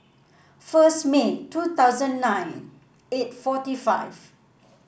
first May two thousand nine eight forty five